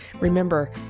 Remember